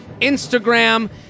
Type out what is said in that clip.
Instagram